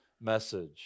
message